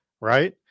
right